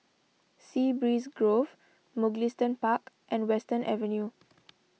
Sea Breeze Grove Mugliston Park and Western Avenue